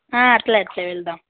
హ అలానే అలానే వెళ్దాం